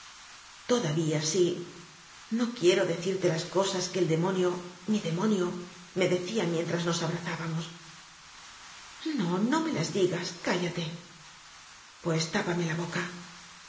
todavía sí no quiero decirte las cosas que el demonio mi demonio me decía mien tras nos abrazábamos no no me las digas cállate pues tápame la boca